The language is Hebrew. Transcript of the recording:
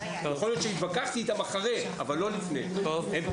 יכול להיות שהתווכחתי איתם אחרי כן אבל לא לפני כן.